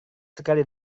sekali